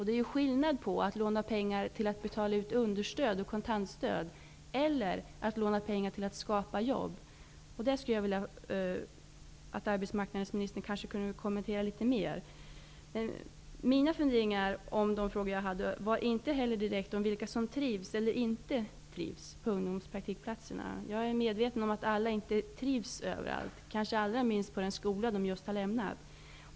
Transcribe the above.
Det är skillnad mellan att låna pengar till att betala ut understöd och kontantstöd och att låna pengar till att skapa jobb. Detta skulle jag vilja att arbetsmarknadsministern kommenterade litet mer. Mina funderingar gällde inte heller direkt vilka som trivs eller inte trivs på ungdomspraktikplatserna. Jag är medveten om att alla inte trivs överallt, kanske allra minst på den skola de just har lämnat.